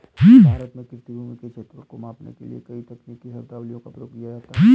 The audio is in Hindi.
भारत में कृषि भूमि के क्षेत्रफल को मापने के लिए कई तकनीकी शब्दावलियों का प्रयोग किया जाता है